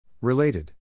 Related